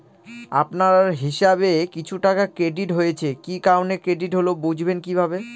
আপনার হিসাব এ কিছু টাকা ক্রেডিট হয়েছে কি কারণে ক্রেডিট হল বুঝবেন কিভাবে?